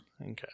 Okay